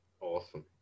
Awesome